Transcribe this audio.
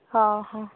ହଁ ହଁ